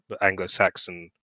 Anglo-Saxon